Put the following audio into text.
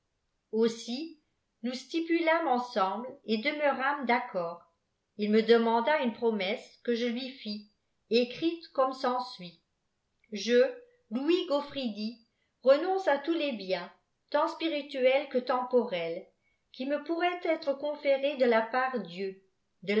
aussi nous stipulàmos epsimble et deméir àmes d'accord il me emanda'um promes se que je lui fis écrite comme s'ensuit ïè louis aufridi renonce à tous les biens tant spirituels qn'c tetoporels ime pourrîient être conférés de la part